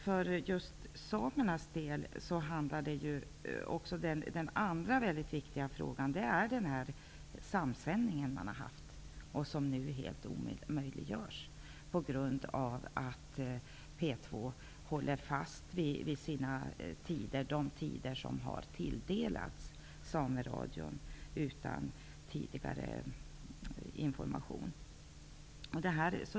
För samernas del är den andra viktiga frågan den samsändning som funnits tidigare, men som nu helt omöjliggörs på grund av att P 2 håller fast vid de tider som har tilldelats Sameradion utan tidigare information.